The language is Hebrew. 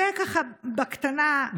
זה, ככה, בקטנה.